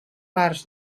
març